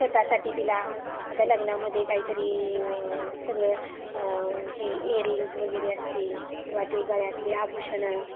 स्वत साठी तिला आता लग्नामध्ये काही तरी सगळं हे एयरिंग्ज वगैरे असतील किंवा ते गळ्यातली आभूषणं